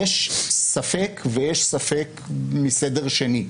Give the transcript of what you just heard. יש ספק ויש ספק מסדר שני.